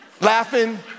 laughing